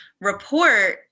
report